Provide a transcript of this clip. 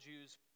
Jews